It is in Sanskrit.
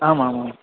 आम् आम् आम्